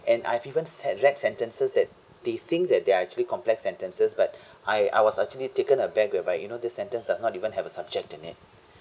and I've even had read sentences that they think that they are actually complex sentences but I I was actually taken aback whereby you know this sentence does not even have a subject in it